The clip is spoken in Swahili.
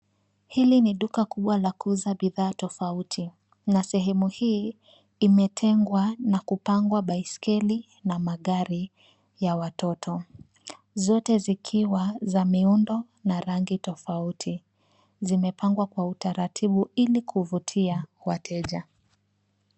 Hili ni duka kubwa la kuuza bidhaa tofauti, na sehemu hii imetengwa na kupangwa baiskeli na magari ya watoto zote zikiwa za miundo na rangi tofauti, zimepangwa kwa utaratibu ili kuvutia wateja.